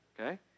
Okay